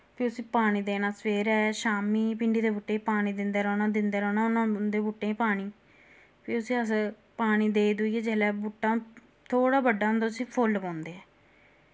फ्ही उस्सी पानी देना सवेरै शाम्मी भिंडी दे बूह्टे ही पानी दिंदे रोह्ना दिंदे रोह्ना उना उं'दे बूह्टे पानी फ्ही उस्सी अस पानी देई दुइयै जिसलै बूह्टा थोह्ड़ा बड्डा होंदा उस्सी फुल्ल पौंदे